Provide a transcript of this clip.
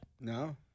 No